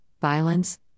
violence